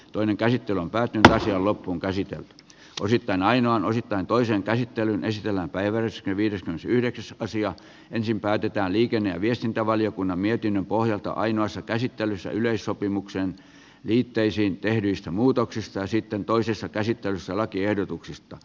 toinen käsittely on päättynyt ja asia loppuunkäsite voi sitä näin on osittain toisen käsittelyn ystävänpäivästä viides yhdeksättä sijaa ensin päätetään liikenne ja viestintävaliokunnan mietinnön pohjalta ainoassa käsittelyssä yleissopimuksen liitteisiin tehdyistä muutoksista ja sitten toisessa käsittelyssä lakiehdotuksista